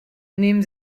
nehmen